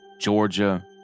Georgia